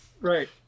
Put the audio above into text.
Right